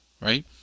right